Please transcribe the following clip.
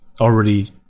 already